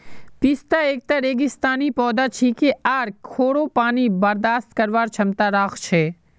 पिस्ता एकता रेगिस्तानी पौधा छिके आर खोरो पानी बर्दाश्त करवार क्षमता राख छे